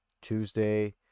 Tuesday